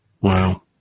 Wow